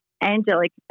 angelic